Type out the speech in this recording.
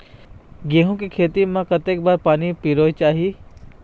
गेहूं के खेती मा कतक बार पानी परोए चाही?